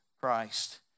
Christ